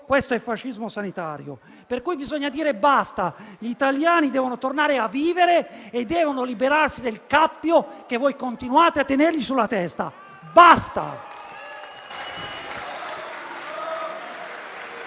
questo è fascismo sanitario, per cui bisogna dire basta: gli italiani devono tornare a vivere e liberarsi dal cappio che continuate a tenere loro sulla testa. Basta!